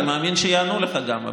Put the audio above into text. אני מאמין שיענו לך גם.